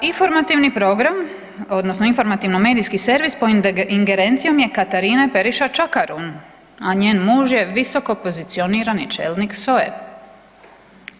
Informativni program odnosno informativno medijski servis pod ingerencijom je Katarine Periše Čakarun, a njen muž je visoko pozicionirani čelnik SOA-e.